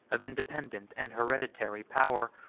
of independent and hereditary power,